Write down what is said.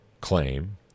claim